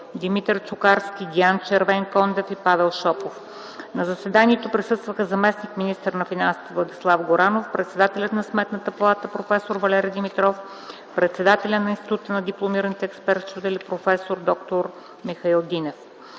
Димитър Чукарски, Диан Червенкондев и Павел Шопов. На заседанието присъстваха заместник-министърът на финансите Владислав Горанов, председателят на Сметната палата проф. Валери Димитров и председателят на Института на дипломираните експерт-счетоводители проф. д-р Михаил Динев.